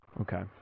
Okay